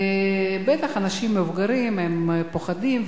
אלה בטח אנשים מבוגרים, הם פוחדים.